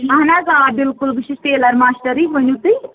اَہَن حظ آ بِلکُل بہٕ چھُس ٹیٚلَر ماسٹرٕے ؤنِو تُہۍ